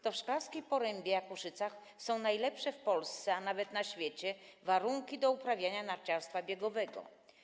To w Szklarskiej Porębie-Jakuszycach są najlepsze w Polsce, a nawet na świecie, warunki do uprawiania narciarstwa biegowego.